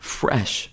fresh